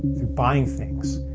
through buying things,